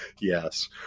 Yes